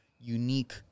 unique